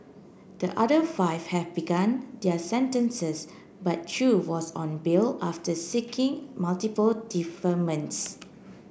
the other five have begun their sentences but Chew was on bail after seeking multiple deferments